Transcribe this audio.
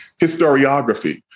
historiography